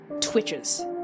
twitches